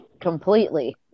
completely